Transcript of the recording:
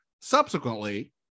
Subsequently